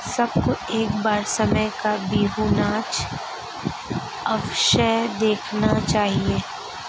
सबको एक बार असम का बिहू नाच अवश्य देखना चाहिए